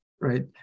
right